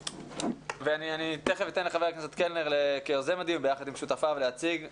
אני אתן לחבר הכנסת קלנר יחד עם שותפיו להציג את הנושא.